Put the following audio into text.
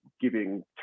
giving